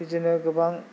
बिदिनो गोबां